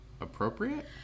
appropriate